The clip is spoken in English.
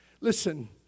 Listen